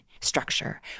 structure